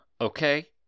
Okay